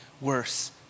worse